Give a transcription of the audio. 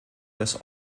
des